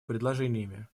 предложениями